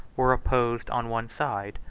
were opposed, on one side,